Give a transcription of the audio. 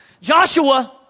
Joshua